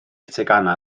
teganau